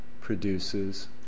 produces